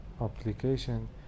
application